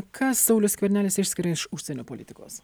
ką saulius skvernelis išskiria iš užsienio politikos